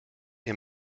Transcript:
est